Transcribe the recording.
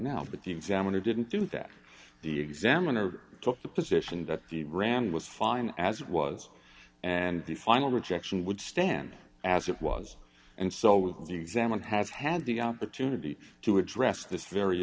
now but the examiner didn't do that the examiner took the position that the rand was fine as it was and the final rejection would stand as it was and so the examiner has had the opportunity to address this very